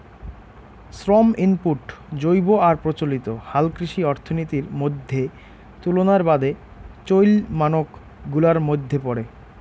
শ্রম ইনপুট জৈব আর প্রচলিত হালকৃষি অর্থনীতির মইধ্যে তুলনার বাদে চইল মানক গুলার মইধ্যে পরে